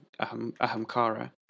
ahamkara